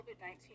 COVID-19